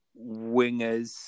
wingers